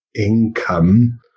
income